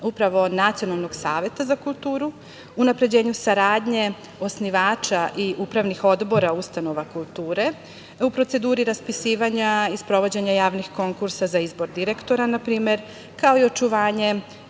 upravo Nacionalnog saveta za kulturu, unapređenju saradnje osnivača i upravnih odbora ustanova kulture u proceduri raspisivanja i sprovođenja javnih konkursa za izbor direktora, na primer, kao i ujednačavanje